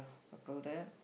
circle that